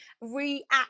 react